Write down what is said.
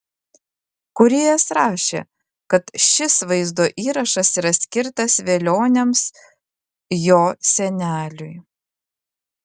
kūrėjas rašė kad šis vaizdo įrašas yra skirtas velioniams jo seneliui